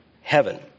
heaven